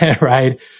right